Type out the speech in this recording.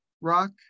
rock